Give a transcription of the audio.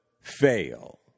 fail